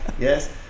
Yes